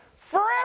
forever